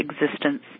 existence